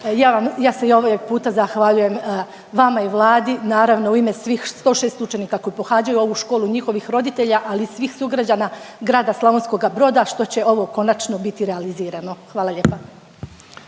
ja se i ovaj puta zahvaljujem vama i Vladi naravno u ime svih 106 učenika koji pohađaju ovu školu i njihovih roditelja, ali i svih sugrađana grada Slavonskoga Broda što će ovo konačno biti realizirano, hvala lijepa.